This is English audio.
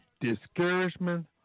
discouragement